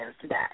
today